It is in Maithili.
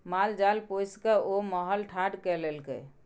माल जाल पोसिकए ओ महल ठाढ़ कए लेलकै